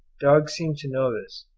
dogs seemed to know this,